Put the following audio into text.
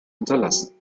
unterlassen